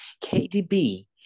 KDB